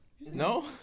No